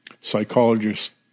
psychologist